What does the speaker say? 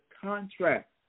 contract